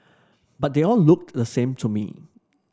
but they all looked the same to me